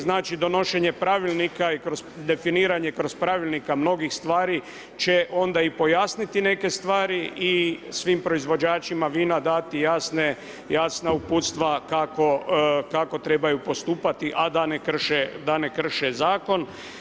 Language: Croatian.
Znači donošenje pravilnika i definiranje kroz pravilnika mnogih stvari će onda i pojasniti neke stvari i svim proizvođačima vina dati jasna uputstva kako trebaju postupati a da ne krše zakon.